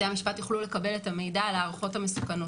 בתי המשפט יוכלו לקבל את המידע על הערכות המסוכנות.